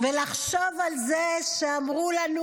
לחשוב על זה שאמרו לנו,